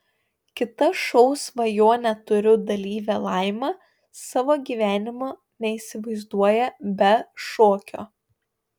kita šou svajonę turiu dalyvė laima savo gyvenimo neįsivaizduoja be šokio